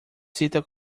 sinta